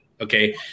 Okay